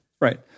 Right